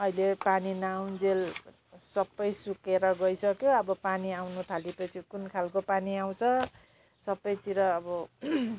अहिले पानी नआउन्जेल सब सुकेर गइसक्यो अब पानी आउनु थाले पछि कुन खाले पानी आउँछ सबतिर अब